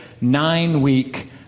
nine-week